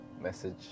message